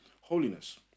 holiness